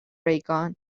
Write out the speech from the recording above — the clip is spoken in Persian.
ریگان